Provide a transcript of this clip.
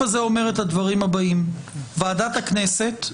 הזה אומר את הדברים הבאים: "ועדת הכנסת,